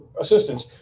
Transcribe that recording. assistance